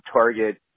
Target